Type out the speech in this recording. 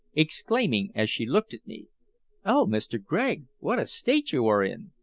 exclaiming as she looked at me oh, mr. gregg! what a state you are in!